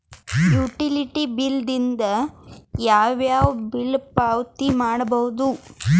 Utility bill ದಿಂದ ಯಾವ ಯಾವ ಬಿಲ್ ಪಾವತಿ ಮಾಡಬಹುದು?